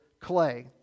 clay